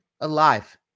Alive